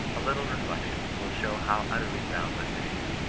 a little reflection will show how utterly groundless it is.